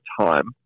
time